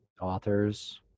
authors